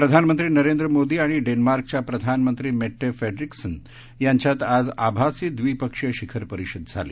प्रधानमंत्री नरेंद्र मोदी आणि डेन्मार्कच्या प्रधानमंत्री मेट्टे फेड्रीक्सन यांच्यात आज आभासी द्विपक्षीय शिखर परिषद झाली